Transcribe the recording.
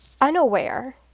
unaware